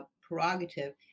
prerogative